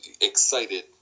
excited